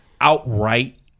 outright